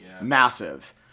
Massive